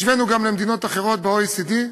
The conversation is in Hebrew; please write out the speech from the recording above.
השווינו גם למדינות אחרות ב-OECD,